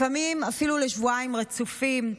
לפעמים אפילו לשבועיים רצופים,